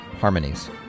Harmonies